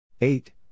Eight